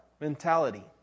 mentality